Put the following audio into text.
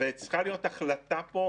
אם תרצו לשאול שאלות בעניין הזה,